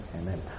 Amen